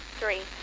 three